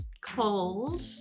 cold